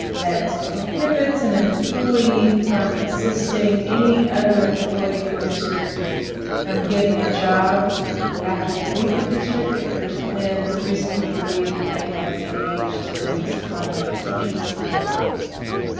that prohibits an employee from assisting any other employee in the district from getting a job after they leave the district, if there's been reason to believe that they have engaged in misconduct sexual misconduct with a student.